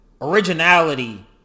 originality